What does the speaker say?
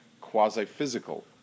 quasi-physical